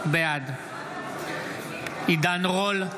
בעד עידן רול,